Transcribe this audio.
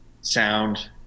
sound